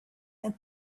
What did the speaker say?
and